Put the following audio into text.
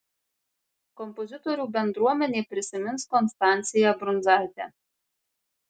kompozitorių bendruomenė prisimins konstanciją brundzaitę